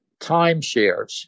timeshares